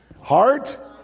heart